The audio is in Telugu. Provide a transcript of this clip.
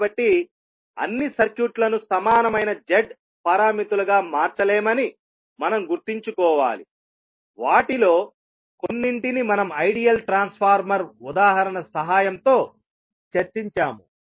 కాబట్టి అన్ని సర్క్యూట్లను సమానమైన Z పారామితులుగా మార్చలేమని మనం గుర్తుంచుకోవాలి వాటిలో కొన్నింటిని మనం ఐడియల్ ట్రాన్స్ఫార్మర్ ఉదాహరణ సహాయంతో చర్చించాము